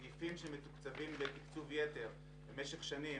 סעיפים שמתוקצבים בתקצוב יתר במשך שנים